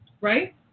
right